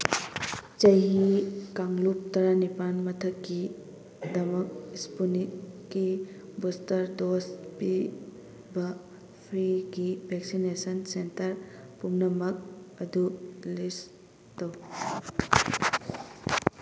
ꯆꯍꯤ ꯀꯥꯡꯂꯨꯞ ꯇꯔꯥꯅꯤꯄꯥꯜ ꯃꯊꯛꯀꯤꯗꯃꯛ ꯁ꯭ꯄꯨꯅꯤꯛꯀꯤ ꯕꯨꯁꯇꯔ ꯗꯣꯁ ꯄꯤꯕ ꯐ꯭ꯔꯤꯒꯤ ꯚꯦꯛꯁꯤꯟꯅꯦꯁꯟ ꯁꯦꯟꯇꯔ ꯄꯨꯝꯅꯃꯛ ꯑꯗꯨ ꯂꯤꯁ ꯇꯧ